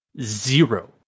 zero